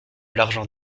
l’argent